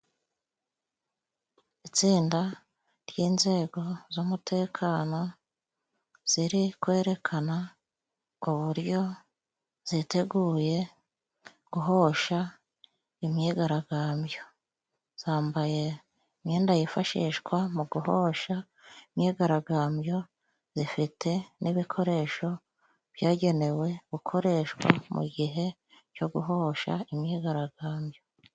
Itsinda ry'inzego z'umutekano ziri kwerekana uburyo ziteguye guhosha imyigaragambyo, zambaye imyenda yifashishwa mu guhosha imyigaragambyo zifite n'ibikoresho byagenewe gukoreshwa mu gihe cyo guhosha imyigaragambyo.